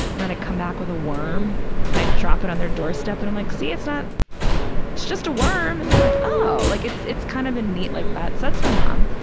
and then i come back with a worm and i drop it on their doorstep and i'm like, see, it's not, it's just a worm. and they're like, oh, like it's it's kind of a neat, like that, so that's my mom.